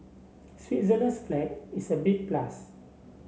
Switzerland's flag is a big plus